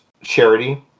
charity